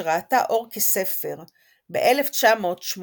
שראתה אור כספר ב-1987,